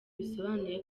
bisobanuye